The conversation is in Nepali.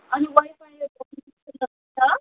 अनि वाइफाईहरूको सुविधाहरू पनि छ